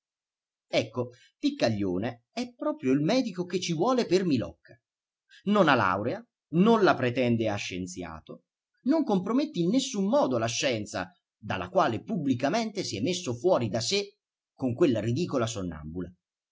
ai malati ecco piccaglione è proprio il medico che ci vuole per milocca non ha laurea non la pretende a scienziato non compromette in nessun modo la scienza dalla quale pubblicamente s'è messo fuori da sé con quella ridicola sonnambula